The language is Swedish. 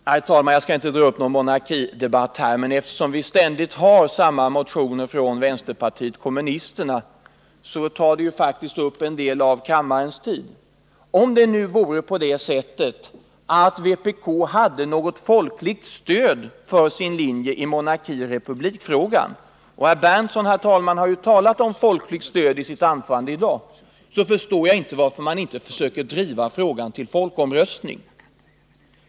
Herr talman! Jag skall inte ta upp någon monarkidebatt här, men eftersom vi ständigt har samma motioner från vänsterpartiet kommunisterna, tar detta faktiskt upp en hel del av kammarens tid. Om det nu vore på det sättet att vpk hade något folkligt stöd för sin linje i monarki-republikfrågan — herr Berndtson har ju talat om folkligt stöd i sitt anförande i dag — förstår jag inte varför han inte försöker driva frågan till folkomröstning.